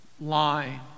line